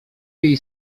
jej